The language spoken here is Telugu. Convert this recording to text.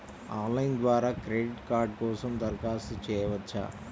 ఆన్లైన్ ద్వారా క్రెడిట్ కార్డ్ కోసం దరఖాస్తు చేయవచ్చా?